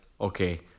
okay